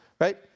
right